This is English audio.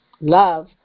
love